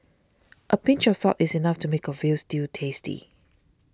a pinch of salt is enough to make a Veal Stew tasty